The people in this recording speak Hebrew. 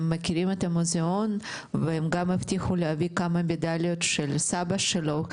הם מכירים את המוזיאון והם הבטיחו להביא כמה מדליות של סבא שלו,